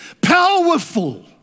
powerful